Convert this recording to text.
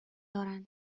دارند